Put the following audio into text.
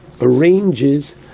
arranges